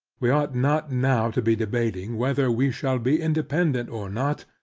we ought not now to be debating whether we shall be independant or not,